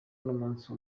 n’umunsi